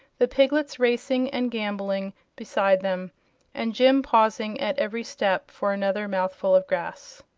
the piglets racing and gambolling beside them and jim pausing at every step for another mouthful of grass.